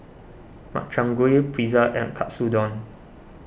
Makchang Gui Pizza and Katsudon